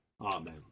Amen